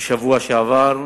בשבוע שעבר,